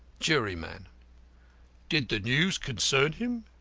juryman did the news concern him?